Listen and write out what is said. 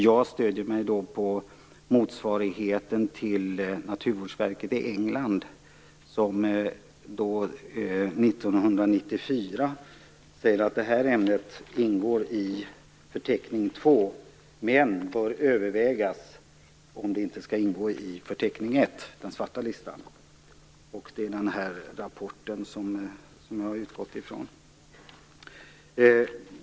Jag stöder mig på motsvarigheten till Naturvårdsverket i England, som 1994 sade att detta ämne ingick i förteckning två, men att det borde övervägas om det inte skulle ingå i förteckning ett - den svarta listan. Det är den rapporten som jag har utgått från.